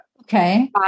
Okay